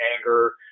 anger